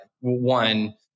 one